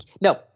No